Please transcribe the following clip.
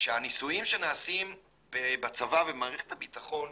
שהניסויים שנעשים בצבא ובמערכת הביטחון,